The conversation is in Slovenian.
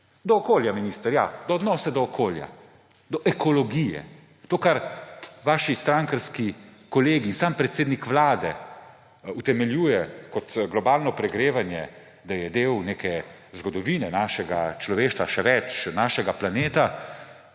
Do okolja, minister, ja, do odnosa do okolja. Do ekologije. To, kar vaši strankarski kolegi, sam predsednik Vlade utemeljujejo kot globalno pregrevanje, da je del neke zgodovine našega človeštva, še več, našega planeta,